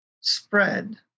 spread